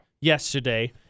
yesterday